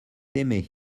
aimé